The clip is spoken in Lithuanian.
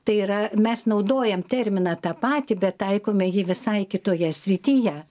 tai yra mes naudojam terminą tą patį bet taikome jį visai kitoje srityje